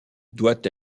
doit